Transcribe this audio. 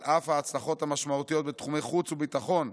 על אף ההצלחות המשמעותיות בתחומי חוץ וביטחון,